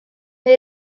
mae